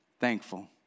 thankful